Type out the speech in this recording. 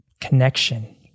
connection